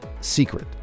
secret